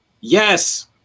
Yes